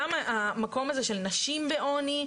גם המקום הזה של נשים בעוני,